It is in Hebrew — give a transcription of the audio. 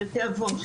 של תאבון,